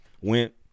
Went